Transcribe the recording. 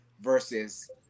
versus